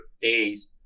days